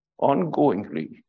Ongoingly